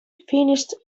finished